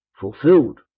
Fulfilled